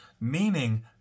Meaning